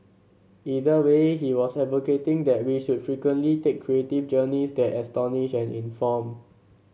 either way he was advocating that we should frequently take creative journeys that astonish and inform